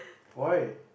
why